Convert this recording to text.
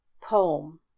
poem